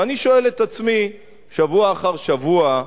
ואני שואל את עצמי שבוע אחר שבוע,